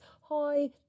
hi